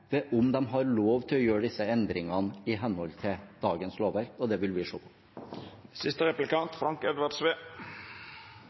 ved det – om de, i henhold til dagens lovverk, har lov til å gjøre disse endringene. Det vil vi se på.